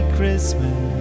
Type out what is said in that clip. Christmas